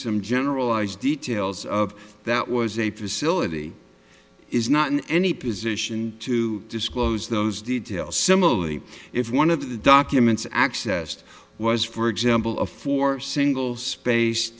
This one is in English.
some generalized details of that was a facility is not in any position to disclose those details similarly if one of the documents accessed was for example of four single space